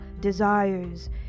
desires